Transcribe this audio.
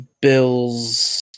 Bills